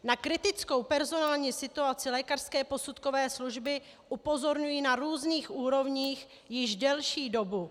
Na kritickou personální situaci lékařské posudkové služby upozorňuji na různých úrovních již delší dobu.